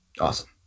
awesome